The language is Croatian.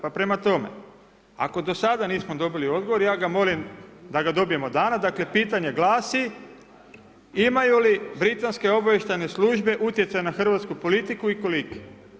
Pa prema tome, ako do sada nismo dobili odgovor, ja ga molim da ga dobijemo danas, dakle pitanje glasi imaju li britanske obavještajne službe utjecaj na hrvatsku politiku i koliki?